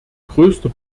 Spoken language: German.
größter